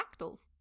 fractals